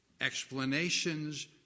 explanations